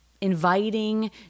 inviting